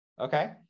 okay